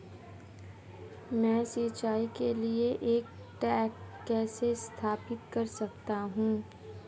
मैं सिंचाई के लिए एक टैंक कैसे स्थापित कर सकता हूँ?